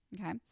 Okay